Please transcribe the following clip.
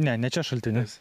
ne ne čia šaltinis